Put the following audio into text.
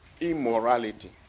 Immorality